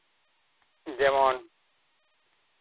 ᱡᱮᱢᱚᱱ